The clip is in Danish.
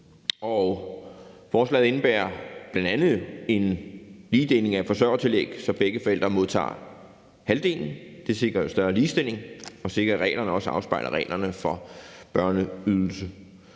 Forslaget indebærer bl.a. en ligedeling af forsørgertillæg, så begge forældre modtager halvdelen. Det sikrer en større ligestilling og sikrer, at reglerne også afspejler reglerne for børneydelse.